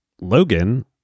Logan